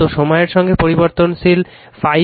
তো সময়ের সঙ্গে পরিবর্তনশীল ∅∅ max sin t